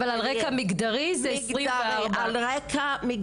אבל 24 על רקע מגדרי.